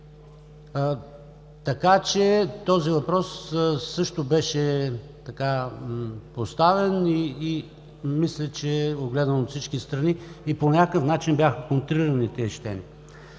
Така че този въпрос също беше поставен и мисля, че е огледан от всички страни и по някакъв начин бяха контрирани тези щения.